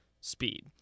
speed